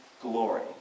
Glory